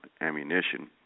ammunition